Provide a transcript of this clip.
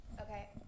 Okay